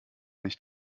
nicht